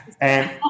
And-